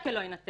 שקל לא יינתן,